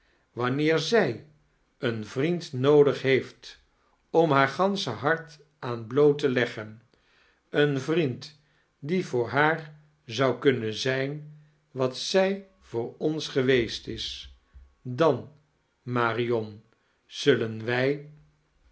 wanneer zij een vriend noodig heeft om haar gansche barb aan bloot te leggen een vriend die voor haar zou kunnen zijn wat zij voor ons geweest is dan marion zullen wij